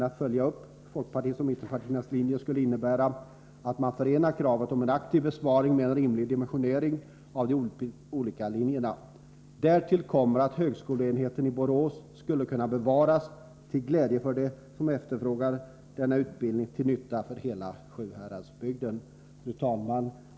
Att följa upp folkpartiets och mittenpartiernas linje skulle innebära att man förenar krav om en aktiv besparing med en rimlig dimensionering av de olika linjerna. Därtill kommer att högskoleenheten i Borås skulle kunna bevaras, till glädje för dem som efterfrågar denna utbildning och till nytta för hela Sjuhäradsbygden. Fru talman!